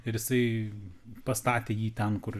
ir jisai pastatė jį ten kur